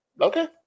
Okay